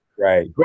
Right